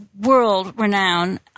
world-renowned